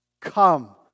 Come